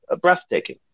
breathtaking